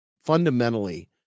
fundamentally